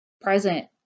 present